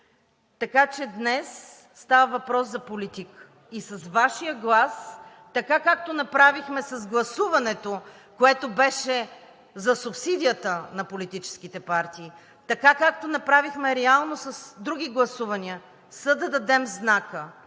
Така че днес става въпрос за политика и с Вашия глас, така както направихме с гласуването, което беше за субсидията на политическите партии, така както направихме реално с други гласувания, са да дадем знака